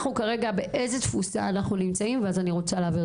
באיזה תפוסה אנחנו נמצאים כרגע?